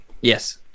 Yes